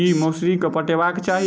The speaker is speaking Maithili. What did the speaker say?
की मौसरी केँ पटेबाक चाहि?